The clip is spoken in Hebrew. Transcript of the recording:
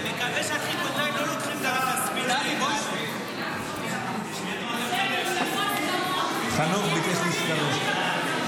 אני מקווה שהטריפוליטאים לא לוקחים --- חנוך ביקש להצטרף.